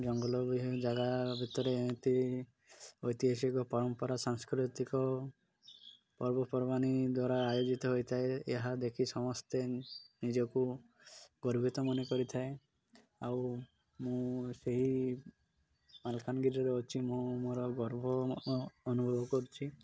ଜଙ୍ଗଲ ବି ଜାଗା ଭିତରେ ଏମିତି ଐତିହାସିକ ପରମ୍ପରା ସାଂସ୍କୃତିକ ପର୍ବପର୍ବାଣି ଦ୍ୱାରା ଆୟୋଜିତ ହୋଇଥାଏ ଏହା ଦେଖି ସମସ୍ତେ ନିଜକୁ ଗର୍ବିତ ମନେ କରିଥାଏ ଆଉ ମୁଁ ସେହି ମାଲକାନଗିରିରେ ଅଛି ମୁଁ ମୋର ଗର୍ବ ଅନୁଭବ କରୁଛି